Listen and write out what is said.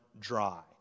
dry